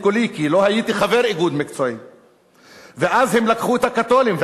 קולי כי לא הייתי חבר איגוד מקצועי/ ואז הם לקחו את הקתולים/